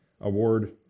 award